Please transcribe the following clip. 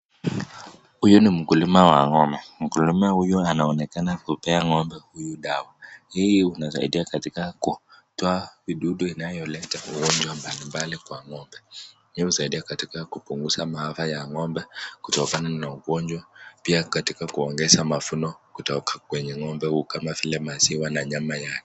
Huyu ni mkulima wa ng'ombe, mkulima huyu anaonekana kupea ng'ombe huyu dawa, hii inasaidia katika kutoa vidudu inayoleta vidudu mbalimbali ndani ya ng'ombe, hii husaidia katika kupunguza maafa ya ng'ombe kutokana na ugonjwa, pia katika kuongeza mavuno kutoka kwa ng'ombe, kama vile maziwa na nyama yake.